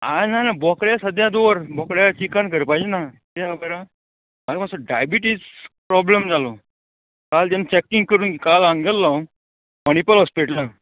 आं ना ना बोकडे सद्या दवर बोकड्या चिकन करपाचें ना किद्या खबर आहा म्हाका मातसो डायबिटीज प्रोब्लम जालो काल जेन्ना चॅकींग करून काल हांगा गेल्लो हांव मणिपाल हॉस्पिटलान